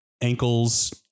ankles